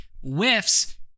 Whiffs